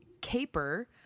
Caper